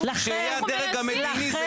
שיהיה הדרג המדיני,